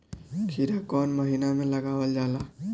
खीरा कौन महीना में लगावल जाला?